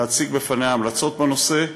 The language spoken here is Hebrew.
להציג בפניה המלצות בנושא,